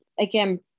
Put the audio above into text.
again